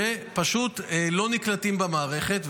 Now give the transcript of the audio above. שפשוט לא נקלטים במערכת.